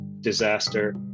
disaster